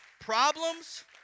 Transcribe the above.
problems